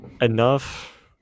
enough